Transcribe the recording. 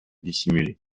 dissimulé